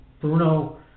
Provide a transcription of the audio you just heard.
Bruno